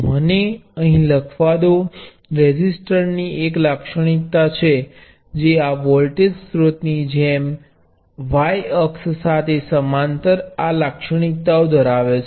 મને અહીં લખવા દો રેઝિસ્ટર ની એક લાક્ષણિકતા છે જે આ વોલ્ટેજ સ્ત્રોત ની જેમ y અક્ષ સાથે સમાંતર આ લાક્ષણિકતાઓ ધરાવે છે